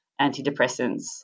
antidepressants